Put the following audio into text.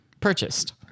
purchased